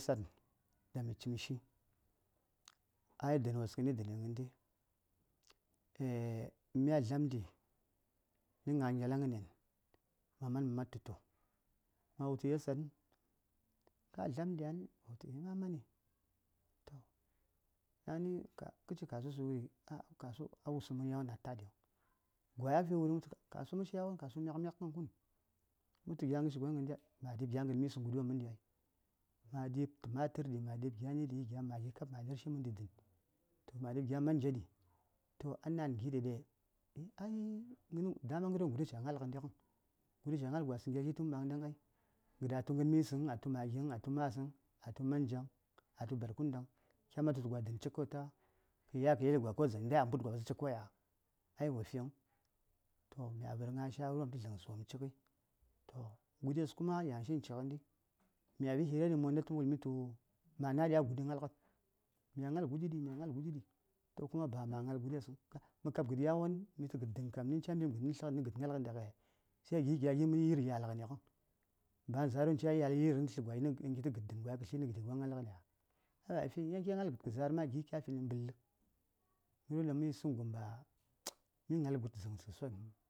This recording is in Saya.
﻿Yasan dan mi cimshi ai dənwos kən ndi dənan ngən ɗi mya dlamɗi ŋa gelaŋghə nan maman, Ma man mə man tutə ma wultu yasan ka dlamdyan? wo wultu eeh ma mamani To daŋni kə ci kasuwas wuri? Kasuwas yawon a wusuŋ ya won nə na: taɗiŋ Gwayi afi wuri? Kasuwos yawon yi myak-myak kən kuni kə tu gya gərshi gon gəndya? Ma ɗib gya ngən mis∂ŋ gudiwom məndi. Ma ɗi:b gya təmatər di ma ɗi:b gya ni di: gya magi kap ma lərshi məndi tə gya manja kap ma lərshi m∂ndi daŋ gəni ŋi: ɗaɗe. Ai dama ngəryo daŋ guɗes cha gnal ngəndi. Gudi ca gnal ni gwasəŋ gyagi tun ɓaŋdəŋ ai gəɗ a tu ngən misəŋ, a tu magi, ai gəd a tu ngən misəŋ, atu magiŋ, a tu masəŋ, a tu manjaŋ, a tu ɓarkundaŋ kya man tutə gwa dən oik kawai ta kə yal kə yeli gwa kawai dzaŋ t∂ ndai a mbud gwa ɓasta cik kawai ya ai wo fiŋ toh mya vər gna shawara nə dləŋsəwopm cik, toh guɗes kuma yanshi ci ngənɗi mya fi hira ɗi tə wultu ma nayi ɗi a guɗi gnalgən, mya gnal guɗi ɗi mya gnal guɗi ɗi toh kuma ba ma gnal guɗesəŋ ka! mə kab gəd yawon mitə gəd dən kam ni: ca mbi:m gən nə gəd gnalgən sai dai mə tlə nə yir ya:lngən baya:n nə zərwon ɗaŋ ca ya:l yirəŋ kitə gəd kə tlə nə gəd za:r gnalgəniya? ai a fi yan kya gnal gəd za:r ma kya finə mbəllə ghəryo daŋ mə yisəŋ ba:h myi gnal gəd kə za:r sosai həŋ.